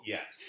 Yes